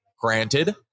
Granted